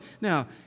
Now